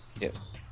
Yes